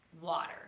water